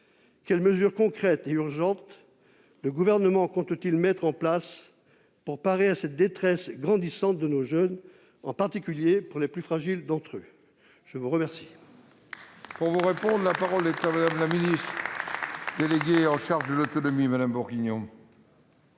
Quelles mesures concrètes et urgentes le Gouvernement compte-t-il appliquer pour parer à cette détresse grandissante de nos jeunes, en particulier pour les plus fragiles d'entre eux ? La parole